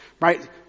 right